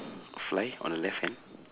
fly on the left hand